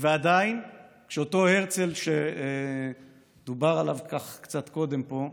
ועדיין כשאותו הרצל, שדובר עליו כך קצת קודם פה,